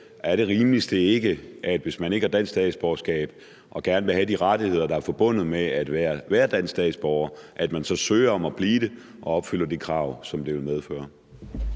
Er det rimeligste ikke, at hvis man ikke har dansk statsborgerskab og gerne vil have de rettigheder, der er forbundet med at være dansk statsborger, så søger man om at blive det og opfylder de krav, som det vil medføre?